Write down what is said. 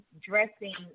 dressing